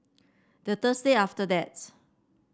the Thursday after that